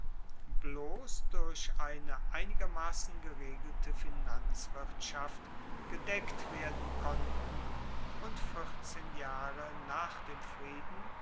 bloss durch eine einigermassen geregelte finanzwirtschaft gedeckt werden konnten und vierzehn jahre nach dem frieden